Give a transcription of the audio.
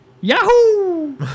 Yahoo